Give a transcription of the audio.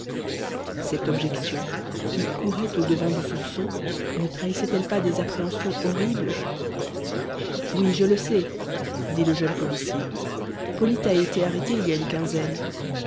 cette objection qui courait au devant du soupçon ne trahissait elle pas des appréhensions horribles oui je le sais dit le jeune policier polyte a été arrêté il y a une quinzaine